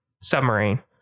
submarine